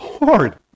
Lord